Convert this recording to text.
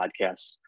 podcasts